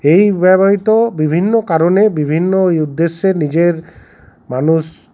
এই ব্যবহৃত বিভিন্ন কারণে বিভিন্নই উদ্দেশ্যে নিজের মানুষ